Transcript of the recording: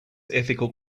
ethical